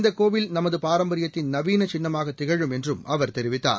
இந்த கோவில் நமது பாரம்பரியத்தின் நவீன சின்னமாக திகழும் என்றும் அவர் தெரிவித்தார்